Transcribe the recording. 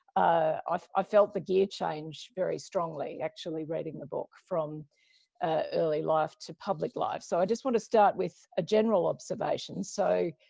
ah i felt the gear change very strongly, actually reading the book, from early life to public life. so i just want to start with a general observation. so,